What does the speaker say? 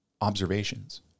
observations